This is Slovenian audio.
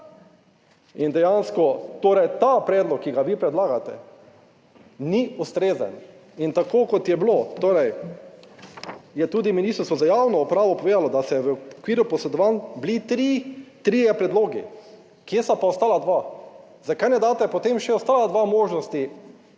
In dejansko torej ta predlog, ki ga vi predlagate, ni ustrezen. In tako kot je bilo, torej je tudi Ministrstvo za javno upravo povedalo, da ste v okviru posredovanj bili tri, trije predlogi. Kje sta pa ostala dva? Zakaj ne daste potem še ostala dva možnosti,